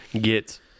get